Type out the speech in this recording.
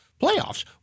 Playoffs